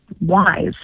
wise